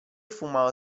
fumava